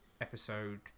episode